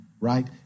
right